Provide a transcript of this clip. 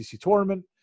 tournament